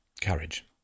courage